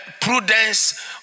prudence